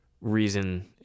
reason